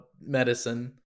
medicine